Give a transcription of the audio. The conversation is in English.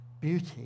beauty